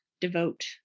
devote